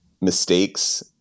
mistakes